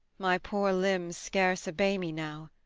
my poor limbs scarce obey me now!